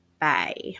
Bye